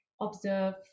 observe